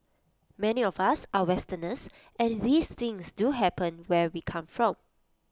many of us are Westerners and these things do happen where we come from